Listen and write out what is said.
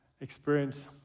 experience